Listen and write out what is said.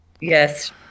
Yes